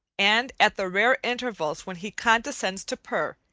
and at the rare intervals when he condescends to purr,